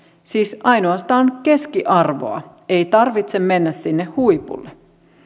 siis ainoastaan keskiarvoa ei tarvitse mennä sinne huipulle